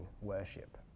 worship